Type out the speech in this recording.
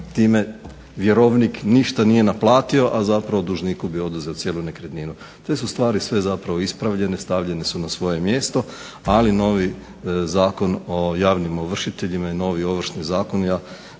time vjerovnik ništa nije naplatio a dužniku bi oduzeo cijelu nekretninu. Te su stvari sve zapravo ispravljene, stavljene su na svoje mjesto. Ali novi Zakon o javnim ovršiteljima i novi Ovršni zakon